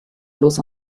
bloß